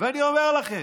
ואני אומר לכם,